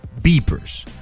Beepers